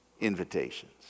invitations